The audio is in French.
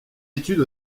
études